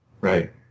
Right